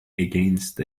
against